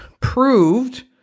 proved